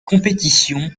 compétition